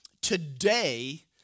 today